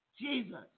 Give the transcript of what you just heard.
Jesus